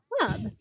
club